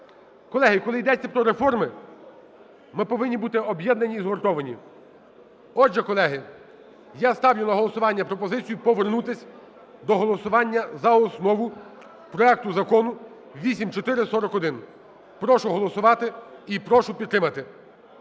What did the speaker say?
Колеги, коли йдеться про реформи, ми повинні бути об'єднані і згуртовані. Отже, колеги, я ставлю на голосування пропозицію: повернутися до голосування за основу проекту Закону 8441. Прошу проголосувати і прошу підтримати.